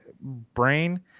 brain